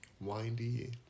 windy